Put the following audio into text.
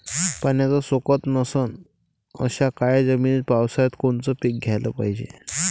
पाण्याचा सोकत नसन अशा काळ्या जमिनीत पावसाळ्यात कोनचं पीक घ्याले पायजे?